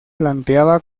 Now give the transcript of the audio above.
planteaba